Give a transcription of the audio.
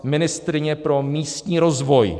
Ministryně pro místní rozvoj.